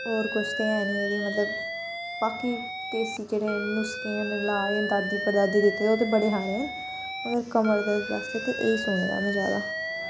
होर कुछ ते है नी एह्दे च मतलब बाकी देसी जेह्ड़े नुसके न लाज़ न दादी पड़दादी दित्ते दे ओह् ते बड़े हारे न मगर कमर दर्द बास्तै ते एह् सुने दा में ज्यादा